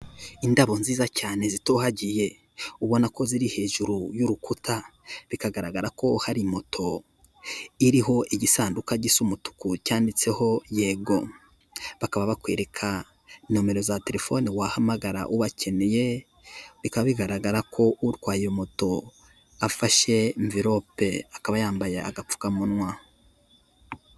Indabo nziza cyane zitohagiye ubona ko ziri hejuru y'urukuta bikagaragara ko hari moto iriho igisanduka gisa umutuku cyanditseho yego bakaba bakwereka nomero za terefone wahamagara ubakeneye bikaba bigaragara ko utwaye iyo moto afashe mverope akaba yambaye agapfukamunwa.